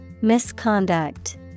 Misconduct